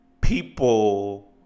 people